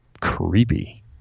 creepy